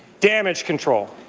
damage control.